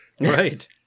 Right